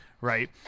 right